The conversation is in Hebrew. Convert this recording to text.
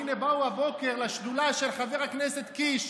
הינה, הבוקר לשדולה של חבר הכנסת קיש